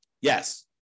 Yes